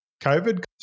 COVID